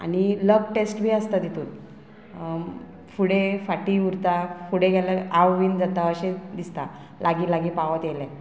आनी लग टेस्ट बी आसता तितून फुडें फाटी उरता फुडें गेल्यार आविन जाता अशें दिसता लागीं लागीं पावत येयलें